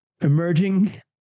Emerging